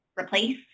replace